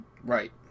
Right